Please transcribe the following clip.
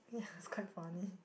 yeah it's quite funny